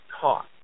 taught